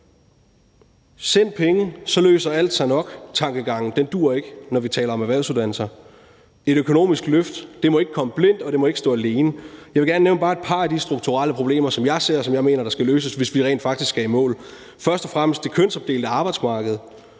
Send penge, så løser alt sig nok-tankegangen duer ikke, når vi taler om erhvervsuddannelser. Et økonomisk løft må ikke komme blindt, og det må ikke stå alene. Jeg vil gerne nævne bare et par af den strukturelle problemer, som jeg ser, og som jeg mener skal løses, hvis vi rent faktisk skal i mål. Først og fremmest er det kønsopdelte arbejdsmarked